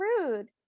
rude